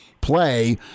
play